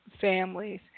families